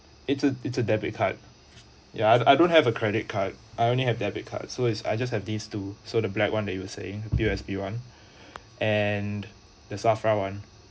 it's a it's a debit card ya I I don't have a credit card I only have debit card so it's I just have these two so the black one that you were saying U_S_D one and the safra one